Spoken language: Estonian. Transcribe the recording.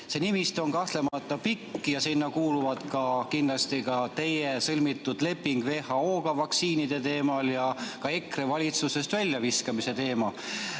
See nimistu on kahtlemata pikk ja sinna kuuluvad kindlasti ka teie sõlmitud leping WHO-ga vaktsiinide teemal ja ka EKRE valitsusest väljaviskamine.